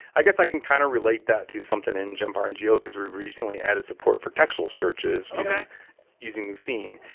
i guess, i can kind of relate that to something in gemfire and geode, because we recently added support for textual searches using using lucene.